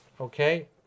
Okay